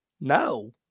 No